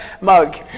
mug